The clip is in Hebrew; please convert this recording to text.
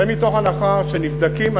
צא מתוך הנחה שהדברים נבדקים,